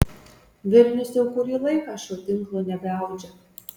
vilnius jau kurį laiką šio tinklo nebeaudžia